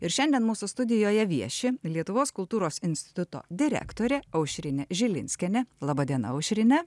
ir šiandien mūsų studijoje vieši lietuvos kultūros instituto direktorė aušrinė žilinskienė laba diena aušrine